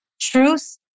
truth